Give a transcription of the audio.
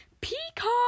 Peacock